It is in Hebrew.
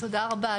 תודה רבה.